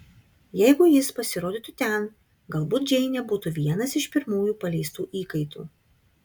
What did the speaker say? jeigu jis pasirodytų ten galbūt džeinė būtų vienas iš pirmųjų paleistų įkaitų